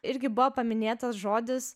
irgi buvo paminėtas žodis